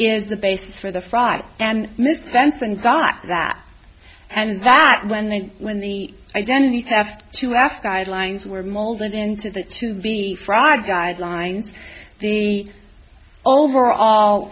is the basis for the fraud and miss benson got that and that when they win the identity theft to ask guidelines were molded into the to be the fraud guidelines the overall